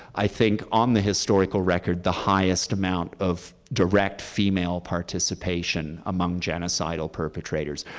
i think, on the historical record the highest amount of direct female participation among genocidal perpetrators,